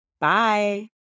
Bye